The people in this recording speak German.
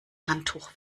handtuch